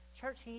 Church